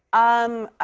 um, ah,